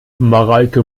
mareike